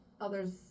others